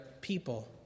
people